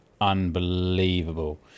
unbelievable